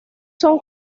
son